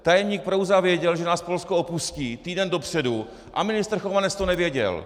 Tajemník Prouza věděl, že nás Polsko opustí, týden dopředu a ministr Chovanec to nevěděl!